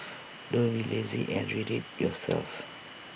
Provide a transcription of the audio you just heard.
don't be lazy and read IT yourself